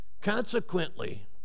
Consequently